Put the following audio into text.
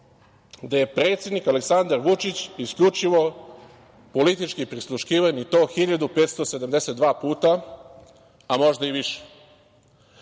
da je predsednik Aleksandar Vučić isključivo politički prisluškivan i to 1.572 puta, a možda i više.